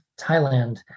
Thailand